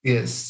Yes